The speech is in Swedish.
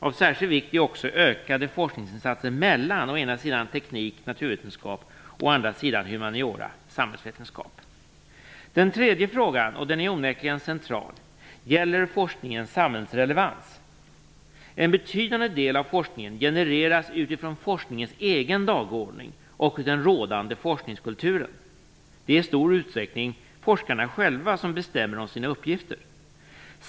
Av särskild vikt är också ökade forskningsinsatser mellan å ena sidan teknik samhällsvetenskap. Den tredje frågan - och den är onekligen central - gäller forskningens samhällsrelevans. En betydande del av forskningen genereras utifrån forskningens egen dagordning och den rådande forskningskulturen. Det är i stor utsträckning forskarna själva som bestämmer om sina egna uppgifter.